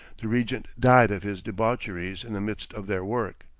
the regent died of his debaucheries in the midst of their work.